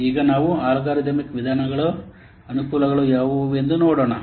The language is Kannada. ಈಗ ನಾವು ಅಲ್ಗಾರಿದಮಿಕ್ ವಿಧಾನಗಳ ಅನುಕೂಲಗಳು ಯಾವುವು ಎಂದು ನೋಡೋಣ